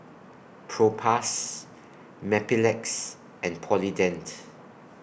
Propass Mepilex and Polident